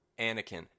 Anakin